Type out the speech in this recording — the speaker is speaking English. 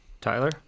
Tyler